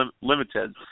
limited